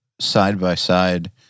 side-by-side